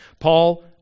Paul